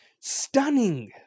Stunning